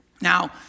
Now